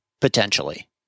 potentially